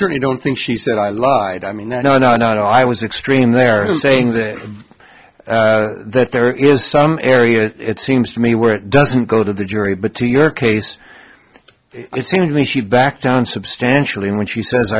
certainly don't think she said i lied i mean no no no no no i was extreme there in saying that that there is some areas it seems to me where it doesn't go to the jury but to your case it's mainly she backed down substantially when she says